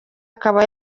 akaba